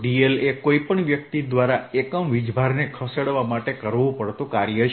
dlએ કોઇપણ વ્યક્તિ દ્વારા એકમ વીજભાર ને ખસેડવા માટે કરવું પડતું કાર્ય છે